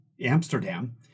Amsterdam